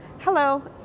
Hello